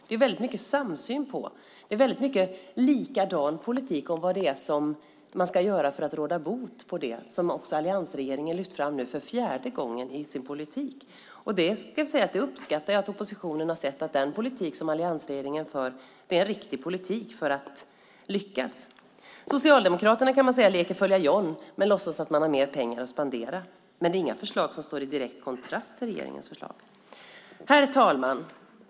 Det är mycket samsyn, och det är mycket likadan politik i fråga om vad som ska göras för att råda bot på det som också alliansregeringen har lyft fram för fjärde gången i sin politik. Jag uppskattar att oppositionen har sett att den politik som alliansregeringen för är en riktig politik för att lyckas. Socialdemokraterna leker följa John men låtsas att man har mer pengar att spendera. Men det är inga förslag som står i direkt kontrast till regeringens förslag. Herr talman!